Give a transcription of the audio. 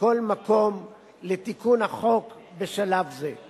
כל מקום לתיקון החוק בשלב זה.